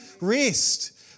rest